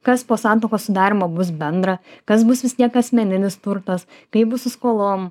kas po santuokos sudarymo bus bendra kas bus vis tiek asmeninis turtas kaip bus su skolom